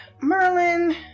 Merlin